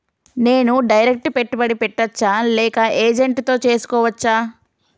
నేను డైరెక్ట్ పెట్టుబడి పెట్టచ్చా లేక ఏజెంట్ తో చేస్కోవచ్చా?